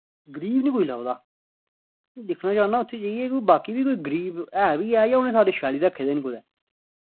गरीब निं कोई लभदा दिक्खना चाह्न्ना उत्थै जाइयै कि बाकी बी कोई गरीब है बी ऐ जां उ'नें सारे छपैलियै रक्खे दे न कुतै